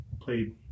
played